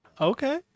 Okay